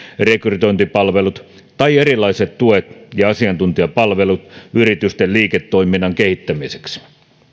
rekrytointipalvelut tai erilaiset tuet ja asiantuntijapalvelut yritysten liiketoiminnan kehittämiseksi